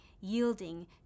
yielding